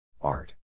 Art